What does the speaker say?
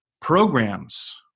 programs